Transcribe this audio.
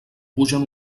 pugen